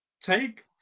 Take